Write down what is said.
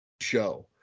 show